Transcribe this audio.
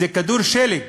זה כדור שלג